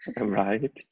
right